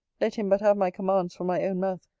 let him but have my commands from my own mouth,